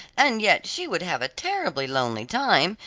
and yet she would have a terribly lonely time,